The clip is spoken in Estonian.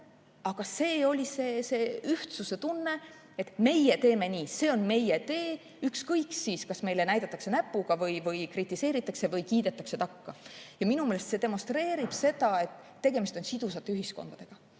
aga see oli ühtsustunne, et meie teeme nii, see on meie tee, ükskõik siis, kas meile näidatakse näpuga ja meid kritiseeritakse või meile kiidetakse takka. Minu meelest see demonstreerib seda, et tegemist on sidusate ühiskondadega.